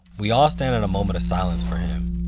we all stand in a moment of silence for him.